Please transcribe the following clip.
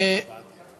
קיבלנו את הצעתך.